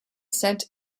sent